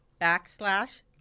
backslash